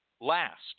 last